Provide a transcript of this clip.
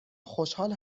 خوشحال